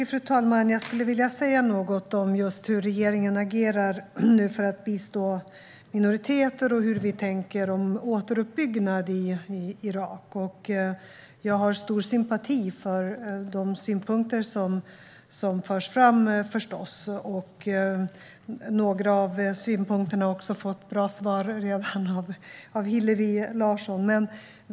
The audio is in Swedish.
Fru talman! Jag skulle vilja säga något om hur regeringen agerar för att bistå minoriteter och hur vi tänker kring återuppbyggnad i Irak. Jag har stor sympati för de synpunkter som förts fram, och några av dem har redan fått bra svar av Hillevi Larsson.